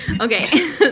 Okay